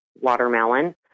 Watermelon